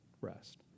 rest